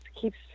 keeps